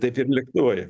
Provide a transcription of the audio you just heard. taip ir lėktuvai